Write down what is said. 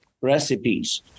Recipes